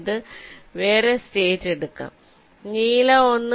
ഇനി വേറെ സ്റ്റേറ്റ് എടുക്കാം നീല 1